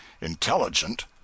intelligent